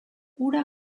ura